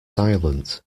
silent